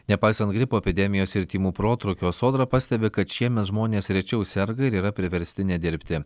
nepaisant gripo epidemijos ir tymų protrūkio sodra pastebi kad šiemet žmonės rečiau serga ir yra priversti nedirbti